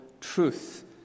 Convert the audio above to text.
truth